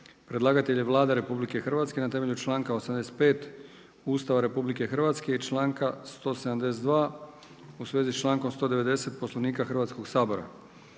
Predlagatelj je Vlada RH na temelju članka 85. Ustava RH i članka 172. u svezi sa člankom 190. Poslovnika Hrvatskog sabora.